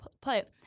put